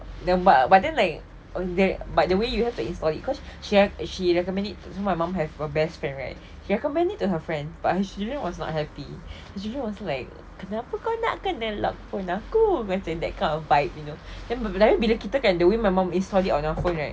but then like but the way you have to install it cause she recommended my mum have a best friend right she recommend it to her friend but her friend was not happy her friend was like kenapa kau nak lock phone aku macam that kind of vibe you know then bila kita the way my mum install it on our phone right